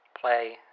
play